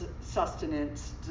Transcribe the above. sustenance